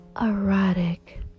Erotic